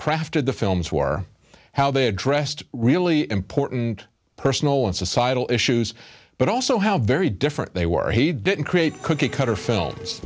crafted the films were how they addressed really important personal and societal issues but also how very different they were he didn't create cookie cutter films